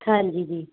ਹਾਂਜੀ ਜੀ